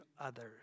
others